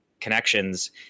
connections